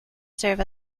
serve